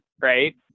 right